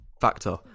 Factor